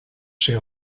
ser